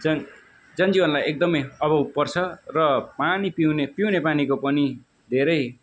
जन जनजीवनलाई एकदमै अभाव पर्छ र पानी पिउने पिउने पानीको पनि धेरै